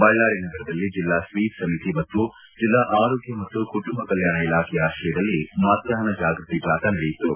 ಬಳ್ಳಾರಿ ನಗರದಲ್ಲಿ ಜಿಲ್ಲಾ ಸ್ವೀಪ್ ಸಮಿತಿ ಮತ್ತು ಜಿಲ್ಲಾ ಆರೋಗ್ಯ ಮತ್ತು ಕುಟುಂಬ ಕಲ್ಮಾಣ ಇಲಾಖೆಯ ಆಶ್ರಯದಲ್ಲಿ ಮತದಾನ ಜಾಗೃತಿ ಜಾಥಾ ನಡೆಯಿತು